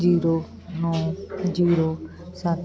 zero ਨੌ zero ਸੱਤ